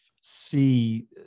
see